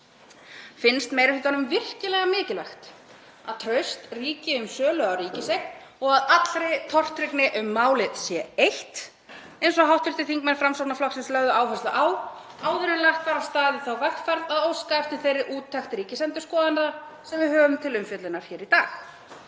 Finnst meiri hlutanum virkilega mikilvægt að traust ríki um sölu á ríkiseign og að allri tortryggni um málið sé eytt, eins og hv. þingmenn Framsóknarflokksins lögðu áherslu á áður en lagt var af stað í þá vegferð að óska eftir þeirri úttekt ríkisendurskoðanda sem við höfum til umfjöllunar hér í dag?